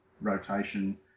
rotation